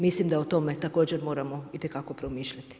Mislim da o tome također moramo itekako promišljati.